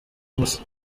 musa